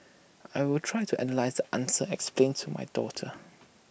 I will try to analyse the answers explain to my daughter